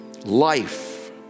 Life